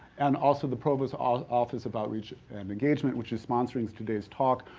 and also the provost ah office of outreach and engagement which is sponsoring today's talk.